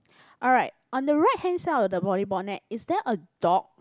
alright on the right hand side of the volleyball net is there a dog